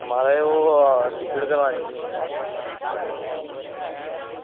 म्हाराज ओह् टिकट करानी ही